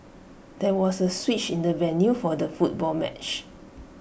there was A switch in the venue for the football match